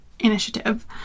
initiative